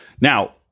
Now